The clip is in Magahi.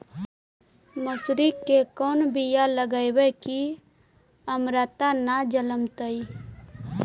मसुरी के कोन बियाह लगइबै की अमरता न जलमतइ?